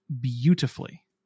beautifully